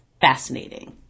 fascinating